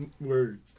word